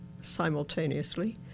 simultaneously